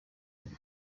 yari